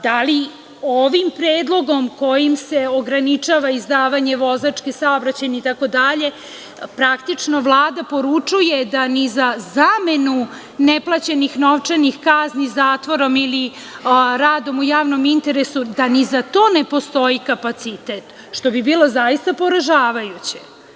Da li ovim predlogom, kojim se ograničava izdavanje vozačke, saobraćajne dozvole itd, praktično Vlada poručuje da ni za zamenu neplaćenih novčanih kazni zatvorom ili radom u javnom interesu ne postoji kapacitet, što bi bilo zaista poražavajuće?